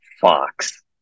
Fox